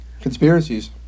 conspiracies